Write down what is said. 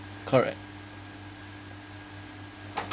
correct